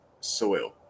soil